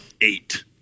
eight